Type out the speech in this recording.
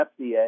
FDA